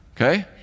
Okay